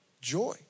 Joy